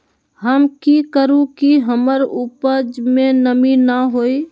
हम की करू की हमर उपज में नमी न होए?